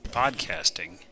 podcasting